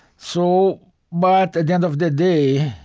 so but at the end of the day,